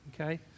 okay